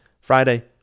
Friday